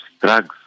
drugs